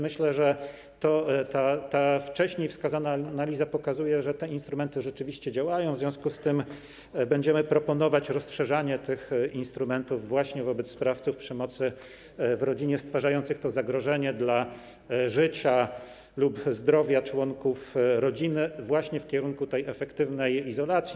Myślę, że ta wcześniej wskazana analiza pokazuje, że te instrumenty rzeczywiście działają, w związku z tym będziemy proponować rozszerzanie tych instrumentów właśnie wobec sprawców przemocy w rodzinie stwarzających zagrożenie dla życia lub zdrowia członków rodziny właśnie w kierunku tej efektywnej izolacji.